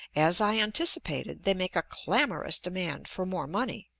as i anticipated, they make a clamorous demand for more money,